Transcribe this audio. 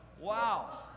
Wow